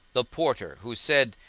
the porter, who said,